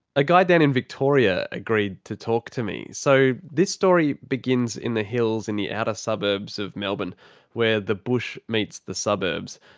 a guy down in victoria agreed to talk to me. so this story begins in the hills in the outer suburbs of melbourne where the bush meets the suburbs,